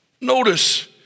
Notice